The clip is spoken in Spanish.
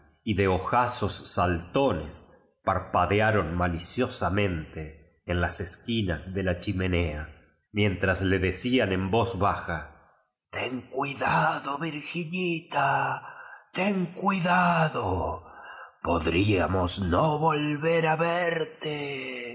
y de ojazos saltones parpadearon maliciosa mente en las esquinas de la chimenea mien tras la decían en voz baja ten cuidado virgin ita ten cuidado po dríamos no volver a verte